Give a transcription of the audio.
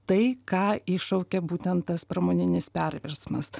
tai ką iššaukė būtent tas pramoninis perversmas